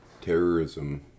Terrorism